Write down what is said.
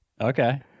okay